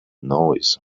noise